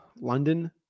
London